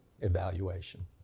evaluation